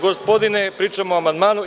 Gospodine, pričam o amandmanu.